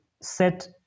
set